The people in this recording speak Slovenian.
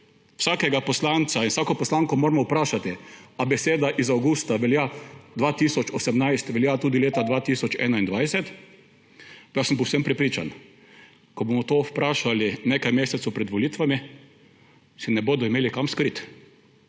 Vsakega poslanca in vsako poslanko moramo vprašati, ali beseda iz avgusta 2018 velja tudi leta 2021. Povsem sem prepričan, da ko bomo to vprašali nekaj mesecev pred volitvami, se ne bodo imeli kam skriti.